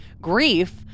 grief